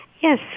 Yes